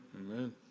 Amen